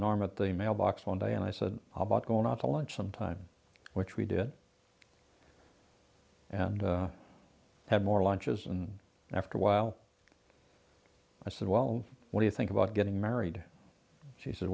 norm at the mailbox one day and i said about going out to lunch sometime which we did and had more lunches and after a while i said well when you think about getting married she said